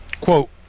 quote